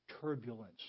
turbulence